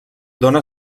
dóna